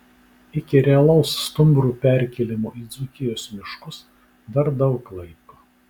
iki realaus stumbrų perkėlimo į dzūkijos miškus dar daug laiko